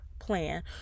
plan